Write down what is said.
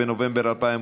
תקציב הכנסת) (הוראת שעה),